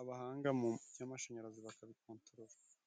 Abahanga mu by'amashanyarazi bakabikontarora.